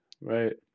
Right